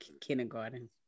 kindergarten